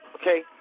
Okay